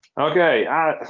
Okay